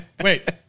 Wait